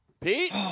Pete